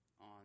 on